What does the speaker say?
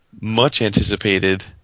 much-anticipated